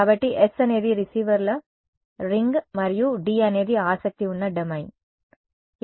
కాబట్టి S అనేది రిసీవర్ల రింగ్ మరియు D అనేది ఆసక్తి ఉన్న డొమైన్ సరే